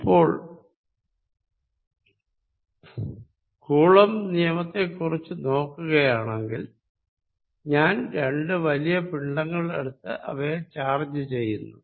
ഇപ്പോൾ കൂളംബ് നിയമത്തെക്കുറിച്ച നോക്കുകയാണെങ്കിൽ ഞാൻ രണ്ടു വലിയ പിണ്ഡങ്ങൾ എടുത്ത് അവയെ ചാർജ് ചെയ്യുന്നു